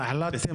מה החלטת,